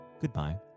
goodbye